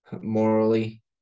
morally